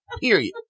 period